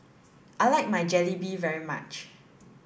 I like my Jalebi very much